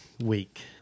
week